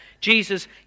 Jesus